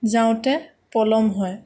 যাওঁতে পলম হয়